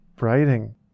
writing